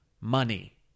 money